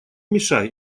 мешай